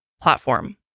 platform